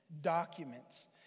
documents